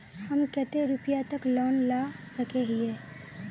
हम कते रुपया तक लोन ला सके हिये?